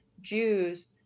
Jews